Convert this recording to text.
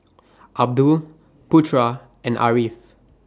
Abdul Putra and Ariff